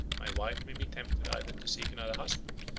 my wife may be tempted either to seek another husband,